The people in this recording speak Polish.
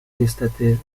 niestety